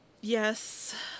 Yes